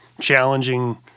challenging